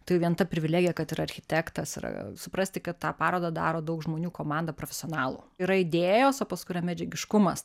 tai jau vien ta privilegija kad ir architektas ir suprasti kad tą parodą daro daug žmonių komanda profesionalų yra idėjos o paskui yra medžiagiškumas